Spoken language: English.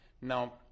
Now